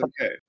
okay